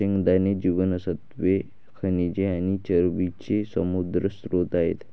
शेंगदाणे जीवनसत्त्वे, खनिजे आणि चरबीचे समृद्ध स्त्रोत आहेत